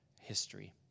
history